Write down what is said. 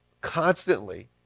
constantly